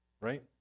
right